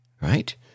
right